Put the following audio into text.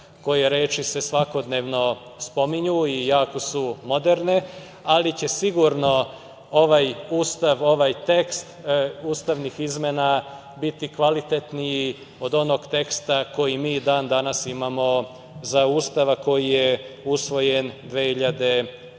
koje reči se svakodnevno spominju i jako su moderne, ali će sigurno ovaj Ustav, ovaj tekst ustavnih izmena biti kvalitetniji od onog teksta koji mi i dan danas imamo za Ustav, a koji je usvojen 2006.